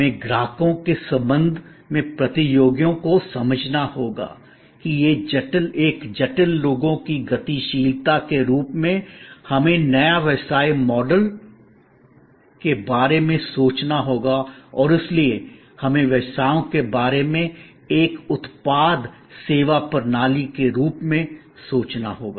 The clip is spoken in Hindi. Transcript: हमें ग्राहकों के संबंध में प्रतियोगियों को समझना होगा कि एक जटिल लोगों की गतिशीलता के रूप में हमें नए व्यवसाय मॉडल के बारे में सोचना होगा और इसलिए हमें व्यवसायों के बारे में एक उत्पाद सेवा प्रणाली के रूप में सोचना होगा